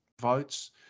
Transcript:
votes